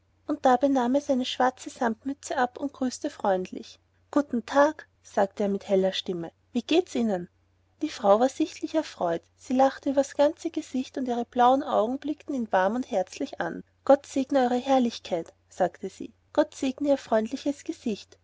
und dabei nahm er seine schwarze samtmütze ab und grüßte freundlich guten tag sagte er mit heller stimme wie geht's ihnen die frau war sichtlich erfreut sie lachte übers ganze gesicht und ihre blauen augen blickten ihn warm und herzlich an gott segne eure herrlichkeit sagte sie gott segne ihr freundliches gesicht